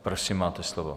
Prosím, máte slovo.